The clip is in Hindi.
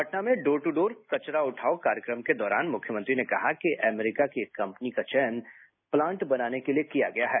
पटना में डोर टू डोर कचरा उठाव कार्यक्रम के दौरान मुख्यमंत्री ने कहा कि अमेरिका की एक कम्पनी का चयन प्लांट बनाने के लिए किया गया है